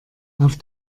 auf